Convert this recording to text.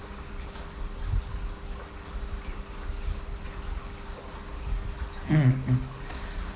mm mm